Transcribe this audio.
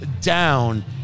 down